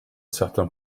certains